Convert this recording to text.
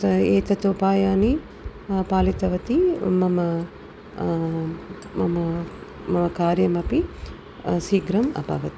त एतत् उपायानि पालितवती मम मम मम कार्यमपि शीघ्रम् अभवत्